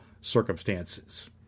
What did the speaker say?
circumstances